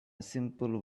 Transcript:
simple